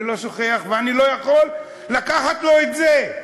אני לא שוכח, ואני לא יכול לקחת לו את זה.